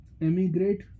emigrate